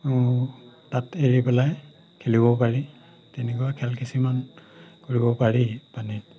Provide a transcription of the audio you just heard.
তাত এৰি পেলাই খেলিব পাৰি তেনেকুৱা খেল কিছুমান কৰিব পাৰি পানীত